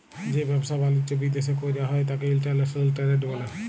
যে ব্যাবসা বালিজ্য বিদ্যাশে কইরা হ্যয় ত্যাকে ইন্টরন্যাশনাল টেরেড ব্যলে